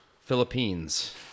Philippines